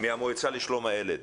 מהמועצה לשלום הילד.